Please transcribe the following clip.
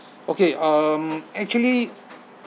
okay um actually